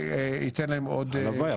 וייתן להם עוד --- הלוואי,